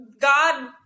God